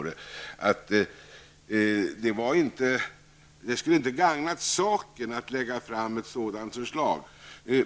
Det skulle inte ha gagnat saken att lägga fram ett sådant förslag.